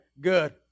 good